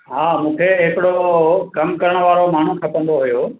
हा मूंखे हिकिड़ो कमु करणु वारो माण्हू खपंदो हुओ